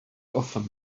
often